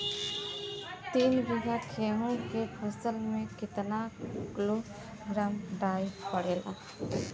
तीन बिघा गेहूँ के फसल मे कितना किलोग्राम डाई पड़ेला?